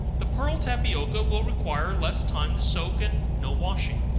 the pearl tapioca will require less time to soak, and no washing.